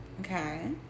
Okay